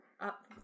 up